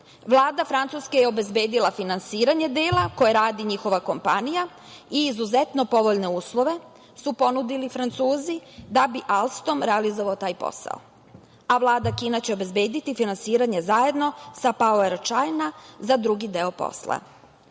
Vlada Francuske je obezbedila finansiranje dela koje radi njihova kompanija i izuzetno povoljne uslove su ponudili Francuzi, da bi „Alstom“ realizovao taj posao. Vlada Kine će obezbediti finansiranje, zajedno sa „Pauer Čajna“ za drugi deo posla. Metro